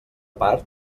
part